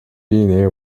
being